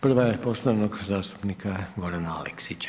Prva je poštovanog zastupnika Gorana Aleksića.